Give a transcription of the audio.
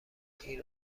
این